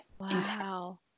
Wow